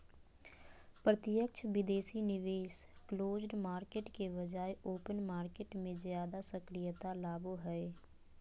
प्रत्यक्ष विदेशी निवेश क्लोज्ड मार्केट के बजाय ओपन मार्केट मे ज्यादा सक्रियता लाबो हय